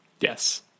Yes